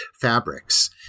fabrics